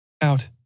Out